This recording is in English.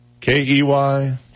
K-E-Y